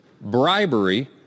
bribery